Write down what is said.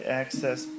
access